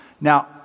Now